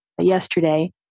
yesterday